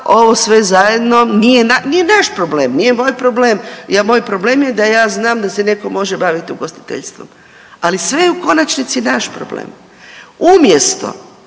ovo sve zajedno nije naš problem, nije moj problem. Moj problem je da ja znam da se neko može baviti ugostiteljstvom, ali sve je u konačnici naš problem. Umjesto